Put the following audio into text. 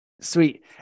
Sweet